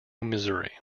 missouri